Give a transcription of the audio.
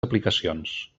aplicacions